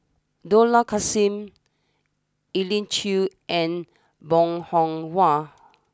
Dollah Kassim Elim Chew and Bong Hiong Hwa